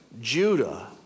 Judah